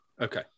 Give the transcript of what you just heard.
Okay